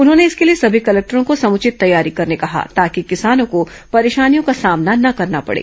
उन्होंने इसके लिए सभी कलेक्टरों को समुचित तैयारी करने कहा ताकि किसानों को परेशानियों का सामना न करना पडे